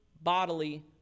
bodily